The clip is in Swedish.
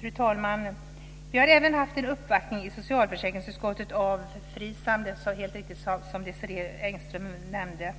Fru talman! Vi har även haft en uppvaktning i socialförsäkringsutskottet av FRISAM, precis som Desirée Pethrus Engström nämnde.